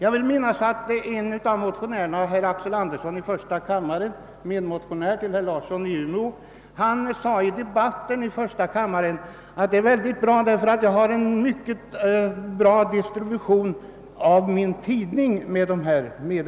Jag vill minnas att herr Axel Andersson, som är medmotionär till herr Larsson i Umeå, under debatten i första kammaren sade att de här mjölkbillinjerna är så bra, eftersom han får sin tidning med mjölkbilen.